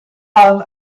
han